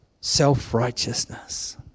self-righteousness